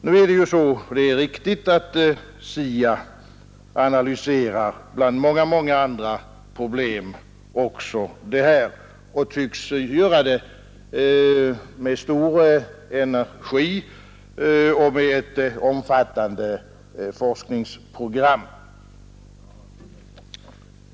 Nu är det ju så att SIA bland många andra problem också analyserar det här och tycks göra det med stor energi och med ett omfattande forskningsprogram.